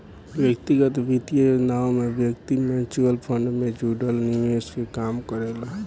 व्यक्तिगत वित्तीय योजनाओं में व्यक्ति म्यूचुअल फंड से जुड़ल निवेश के काम करेला